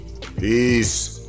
peace